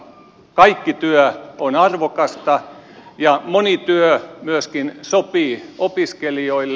kaikki työ on arvokasta ja moni työ myöskin sopii opiskelijoille